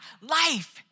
life